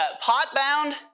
pot-bound